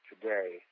today